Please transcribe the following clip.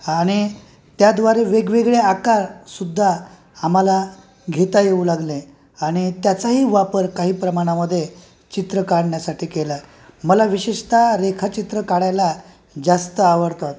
आणि त्याद्वारे वेगवेगळे आकारसुद्धा आम्हाला घेता येऊ लागले आणि त्याचाही वापर काही प्रमाणामध्ये चित्र काढण्यासाठी केला मला विशेषत रेखाचित्र काढायला जास्त आवडतात